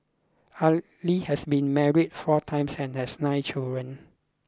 Ali has been married four times and has nine children